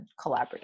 collaborative